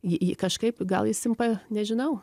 jį jį kažkaip gal jis simpa nežinau